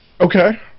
Okay